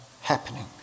happening